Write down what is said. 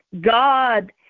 God